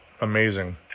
amazing